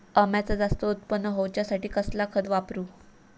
अम्याचा जास्त उत्पन्न होवचासाठी कसला खत वापरू?